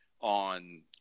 on